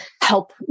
help